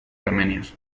armenios